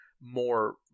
more